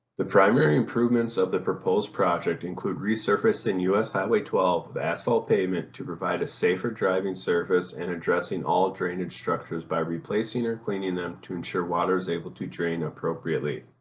the primary improvements of the proposed project include resurfacing us ah twelve with asphalt pavement to provide a safer driving surface and addressing all drainage structures by replacing or cleaning them to ensure water is able to drain appropriately.